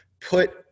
put